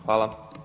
Hvala.